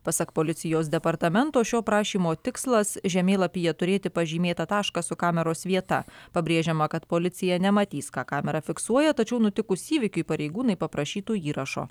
pasak policijos departamento šio prašymo tikslas žemėlapyje turėti pažymėtą tašką su kameros vieta pabrėžiama kad policija nematys ką kamera fiksuoja tačiau nutikus įvykiui pareigūnai paprašytų įrašo